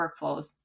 workflows